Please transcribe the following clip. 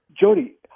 Jody